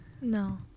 No